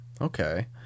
Okay